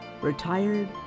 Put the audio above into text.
Retired